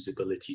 usability